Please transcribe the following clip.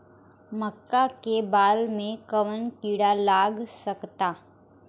मका के बाल में कवन किड़ा लाग सकता?